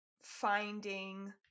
finding